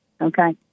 Okay